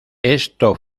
esto